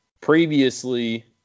previously